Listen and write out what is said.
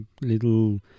little